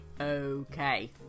Okay